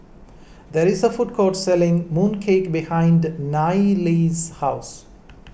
there is a food court selling Mooncake behind Nayely's house